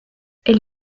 elle